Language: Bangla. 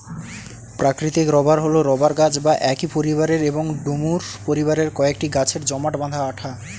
প্রাকৃতিক রবার হল রবার গাছ বা একই পরিবারের এবং ডুমুর পরিবারের কয়েকটি গাছের জমাট বাঁধা আঠা